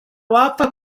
wapfa